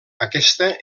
aquesta